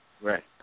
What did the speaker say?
Right